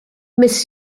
miss